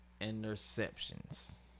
interceptions